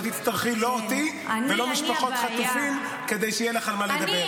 תצטרכי לא אותי ולא את משפחות חטופים כדי שיהיה לך על מה לדבר.